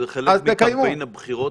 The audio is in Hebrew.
זה חלק מקמפיין הבחירות?